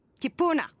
Kipuna